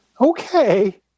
Okay